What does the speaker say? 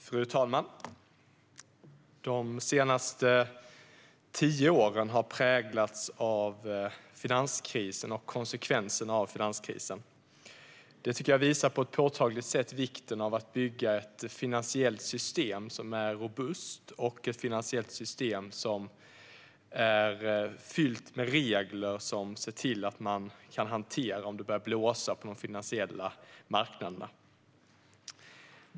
Fru talman! De senaste tio åren har präglats av finanskrisen och konsekvenserna av den. Detta visar, tycker jag, på ett påtagligt sätt vikten av att bygga ett finansiellt system som är robust och innehåller regler som gör att man kan hantera att det börjar blåsa på de finansiella marknaderna.